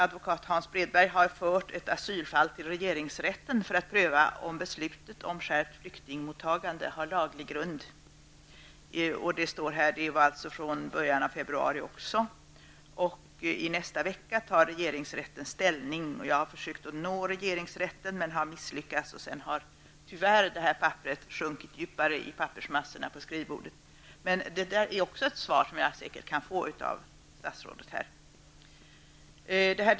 Advokaten Hans Bredberg har fört ett asylfall till regeringsrätten för att pröva om beslutet om skärpt flyktingmottagande har laglig grund. Det var i början av februari. I nästa vecka tar regeringsrätten ställning. Jag har försökt få kontakt med regeringsrätten men har misslyckats med det. Därefter har detta papper sjunkit djupare ned i pappersmassan på skrivbordet. Men också på den här punkten kan jag kanske få ett besked av statsrådet Maj-Lis Lööw.